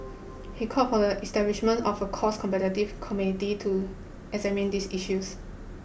he called for the establishment of a cost competitive committee to examine these issues